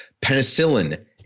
penicillin